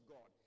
God